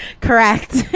Correct